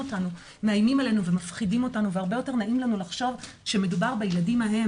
עלינו ומפחידים אותנו והרבה יותר נעים לנו לחשוב שמדובר בילדים ההם,